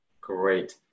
Great